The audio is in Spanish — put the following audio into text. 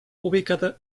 ubicada